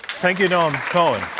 thank you, noam cohen.